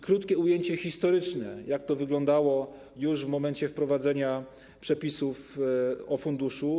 Krótkie ujęcie historyczne, jak to wyglądało w momencie wprowadzenia przepisów o funduszu.